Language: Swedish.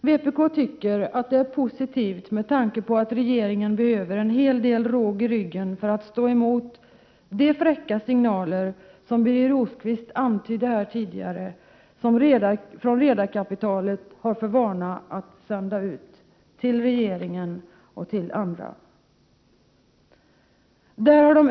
Vpk tycker att detta är positivt, med tanke på att regeringen behöver en hel del råg i ryggen för att stå emot de fräcka signaler som redarkapitalet har för vana att sända ut till regeringen och till andra, som Birger Rosqvist antydde tidigare.